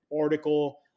article